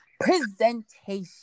Presentation